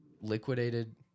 liquidated –